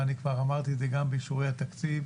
ואני כבר אמרתי את זה גם באישורי התקציב,